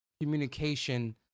communication